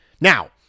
Now